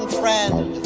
friend